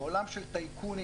בעולם טייקונים,